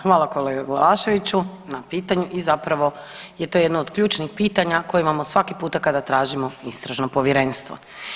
Hvala kolega Glavaševiću na pitanju i zapravo je to jedno od ključnih pitanja koji imamo svaki puta kada tražimo istražno povjerenstvo.